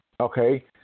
okay